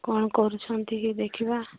କ'ଣ କରୁଛନ୍ତି କି ଦେଖିବା